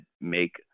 make